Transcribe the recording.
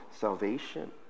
salvation